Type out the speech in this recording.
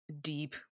deep